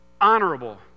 honorable